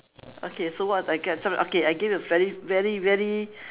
okay so what I get so okay I get a very very very